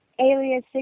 Alias